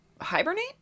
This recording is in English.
Hibernate